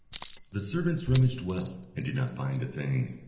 the servants rummaged well, and did not find a thing.